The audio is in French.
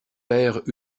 père